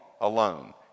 alone